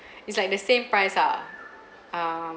it's like the same price ah um